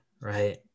right